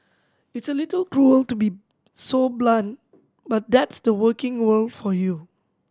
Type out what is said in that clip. it's a little cruel to be so blunt but that's the working world for you